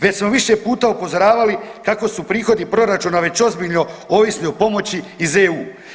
Već smo više puta upozoravali kako su prihodi proračuna već ozbiljno ovisni o pomoći iz EU.